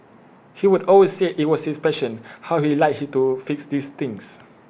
he would always say IT was his passion how he liked to fix these things